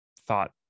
thought